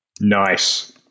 Nice